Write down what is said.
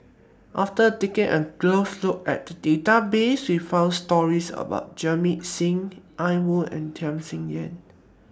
after taking A Look At The databases We found stories about Jamit Singh Ian Woo and Tham Sien Yen